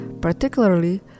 particularly